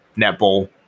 netball